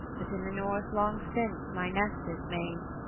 but in the north long since my nest is made.